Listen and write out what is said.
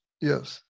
Yes